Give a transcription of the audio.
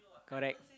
correct